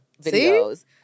videos